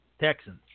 Texans